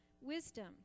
wisdom